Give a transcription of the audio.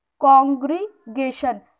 Congregation